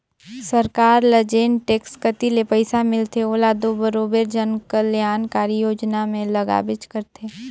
सरकार ल जेन टेक्स कती ले पइसा मिलथे ओला दो बरोबेर जन कलयानकारी योजना में लगाबेच करथे